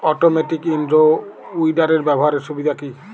Automatic in row উইডারের ব্যবহারের সুবিধা কি?